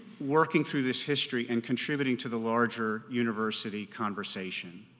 working through this history and contributing to the larger university conversation.